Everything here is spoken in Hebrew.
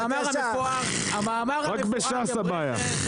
רק בש"ס הבעיה.